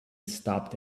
stopped